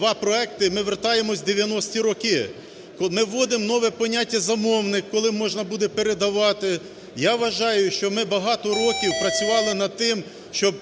два проекти ми повертаємося у 90-і роки. Ми вводимо нове поняття "замовник", коли можна буде передавати. Я вважаю, що ми багато років працювали над тим, щоб